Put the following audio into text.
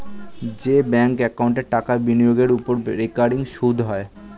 যে ব্যাঙ্ক একাউন্টে টাকা বিনিয়োগের ওপর রেকারিং সুদ হয়